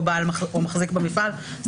או בעל או מחזיק במפעל...".